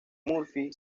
murphy